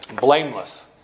blameless